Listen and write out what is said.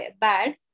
bad